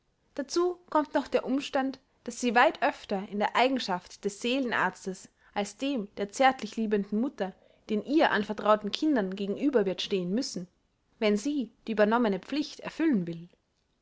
dazu kommt noch der umstand daß sie weit öfter in der eigenschaft des seelenarztes als dem der zärtlich liebenden mutter den ihr anvertrauten kindern gegenüber wird stehen müssen wenn sie die übernommene pflicht erfüllen will